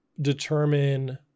determine